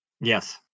Yes